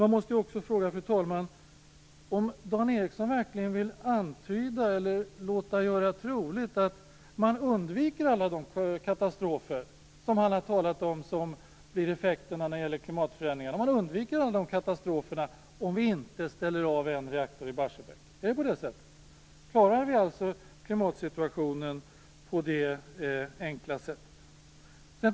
Man måste ju också fråga om Dan Ericsson verkligen vill antyda eller låta göra troligt att man undviker alla de katastrofer som han har talat om som effekter när det gäller klimatförändringarna om vi inte ställer av en reaktor i Barsebäck. Är det så? Klara vi klimatsituationen på det enkla sättet?